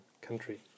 country